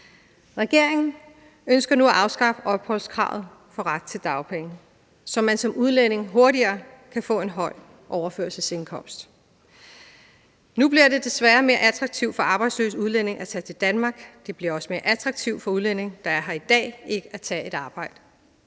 Regeringen ønsker nu at afskaffe opholdskravet for ret til dagpenge, så man som udlænding hurtigere kan få en høj overførselsindkomst. Nu bliver det desværre mere attraktivt for arbejdsløse udlændinge at tage til Danmark, og det bliver også mere attraktivt for udlændinge, der er her i dag, ikke at tage et arbejde.